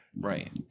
Right